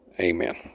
Amen